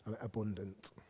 abundant